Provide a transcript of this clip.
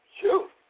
shoot